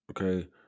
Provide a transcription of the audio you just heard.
Okay